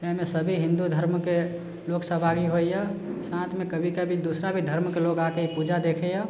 एहिमे सभी हिन्दू धर्मके लोकसब आगे होइए साथमे कभी कभी दोसरा भी धर्मके लोक आके ई पूजा देखैए